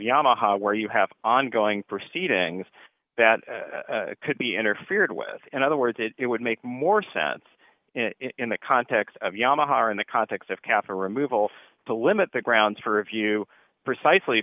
yama where you have ongoing proceedings that could be interfered with in other words it would make more sense in the context of yamaha or in the context of kaffir removal to limit the grounds for review precisely